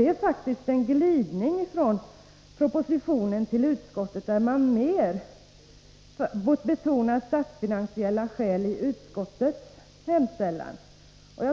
Det är faktiskt en glidning från propositionen till utskottet, där utskottet i sin hemställan faktiskt mer betonar statsfinansiella skäl. Det